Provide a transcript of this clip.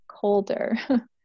colder